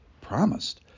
promised